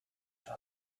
saw